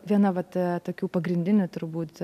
viena vat tokių pagrindinių turbūt